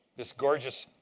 this gorgeous,